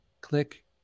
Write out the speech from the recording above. Click